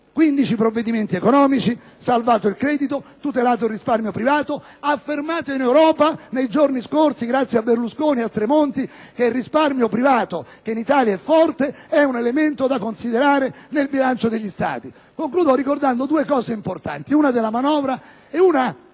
15 provvedimenti economici, salvato il credito, tutelato il risparmio privato, affermato in Europa nei giorni scorsi, grazie a Berlusconi e Tremonti, che il risparmio privato, in Italia che è forte, è un elemento da considerare nel bilancio degli Stati. Concludo ricordando due cose importanti, una della manovra e una